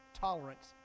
tolerance